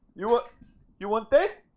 you wa you want this?